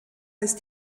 ist